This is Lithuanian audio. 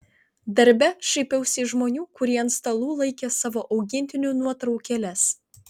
darbe šaipiausi iš žmonių kurie ant stalų laikė savo augintinių nuotraukėles